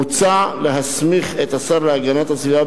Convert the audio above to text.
מוצע להסמיך את השר להגנת הסביבה,